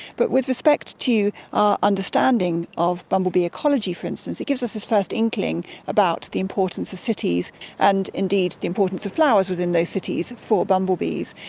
but with respect to our understanding of bumblebee ecology, for instance, it gives us this first inkling about the importance of cities and indeed the importance of flowers within those cities for bumblebees.